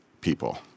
people